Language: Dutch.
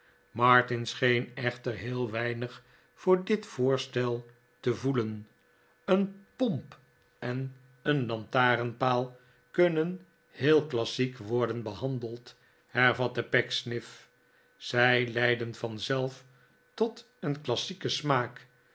martin scheen echter heel weinig voor dit voorstel te voelen een pomp en een lantarenpaal kunnen heel klassiek worden behandeld hervatte pecksniff zij leiden vanzelf tot een klassieken smaak